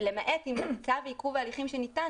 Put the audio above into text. למעט אם צו עיכוב ההליכים שניתן,